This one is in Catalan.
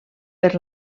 per